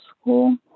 school